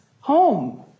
home